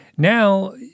Now